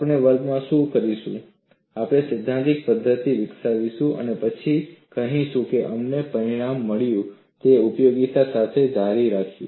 આપણે વર્ગમાં શું કરીશું આપણે સૈદ્ધાંતિક પદ્ધતિ વિકસાવીશું અને પછી કહીશું કે અમને પરિણામ મળ્યું છે ઉપયોગિતા સાથે જારી રાખ્યું